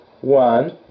One